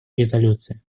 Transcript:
резолюции